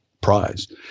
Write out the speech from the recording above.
prize